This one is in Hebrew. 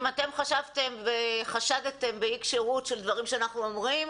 אם אתם חשבתם וחשדתם באי כשירות של דברים שאנחנו אומרים,